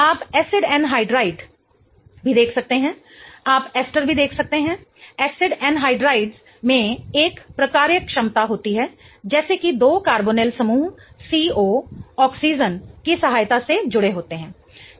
आप acid anhydride भी देख सकते हैं आप एस्टर भी देख सकते हैं एसिड एनहाइड्राइड में एक प्रकार्यक्षमता होती है जैसे कि दो कार्बोनिल समूह C O ऑक्सीजन की सहायता से जुड़े होते हैं